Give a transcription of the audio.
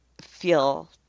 feel